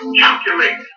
calculate